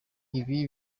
ibi